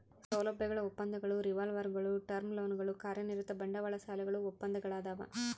ಸೌಲಭ್ಯಗಳ ಒಪ್ಪಂದಗಳು ರಿವಾಲ್ವರ್ಗುಳು ಟರ್ಮ್ ಲೋನ್ಗಳು ಕಾರ್ಯನಿರತ ಬಂಡವಾಳ ಸಾಲಗಳು ಒಪ್ಪಂದಗಳದಾವ